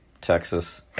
Texas